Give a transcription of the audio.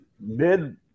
mid